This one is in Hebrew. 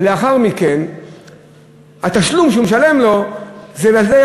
ולאחר מכן התשלום שהוא משלם לו זה על-ידי